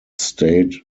state